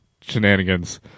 shenanigans